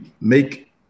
make